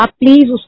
please